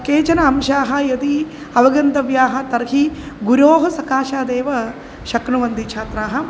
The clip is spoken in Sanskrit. केचन अंशाः यदि अवगन्तव्याः तर्हि गुरोः सकाशादेव शक्नुवन्ति छात्राः